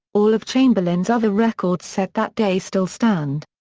all of chamberlain's other records set that day still stand.